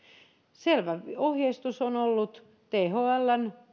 selvä ohjeistus on ollut thln